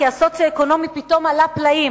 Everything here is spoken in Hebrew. כי המעמד הסוציו-אקונומי פתאום עלה פלאים.